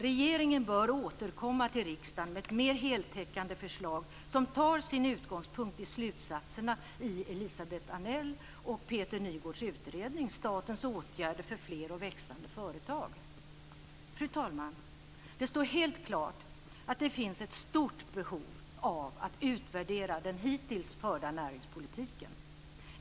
Regeringen bör återkomma till riksdagen med ett mer heltäckande förslag som tar sin utgångspunkt i slutsatserna i Elisabet Annells och Peter Nygårds utredning Statens åtgärder för fler och växande företag. Fru talman! Det står helt klart att det finns ett stort behov av att utvärdera den hittills förda näringspolitiken.